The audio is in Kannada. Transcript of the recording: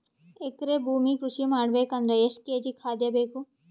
ಎಕರೆ ಭೂಮಿ ಕೃಷಿ ಮಾಡಬೇಕು ಅಂದ್ರ ಎಷ್ಟ ಕೇಜಿ ಖಾದ್ಯ ಬೇಕು?